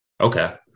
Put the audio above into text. Okay